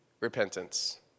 repentance